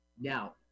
Now